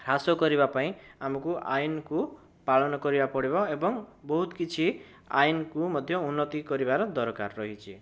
ହ୍ରାସ କରିବା ପାଇଁ ଆମକୁ ଆଇନକୁ ପାଳନ କରିବାକୁ ପଡ଼ିବ ଏବଂ ବହୁତ କିଛି ଆଇନକୁ ମଧ୍ୟ ଉନ୍ନତି କରିବାର ଦରକାର ରହିଛି